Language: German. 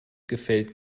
gefällt